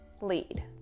lead